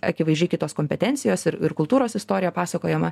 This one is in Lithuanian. akivaizdžiai kitos kompetencijos ir ir kultūros istorija pasakojama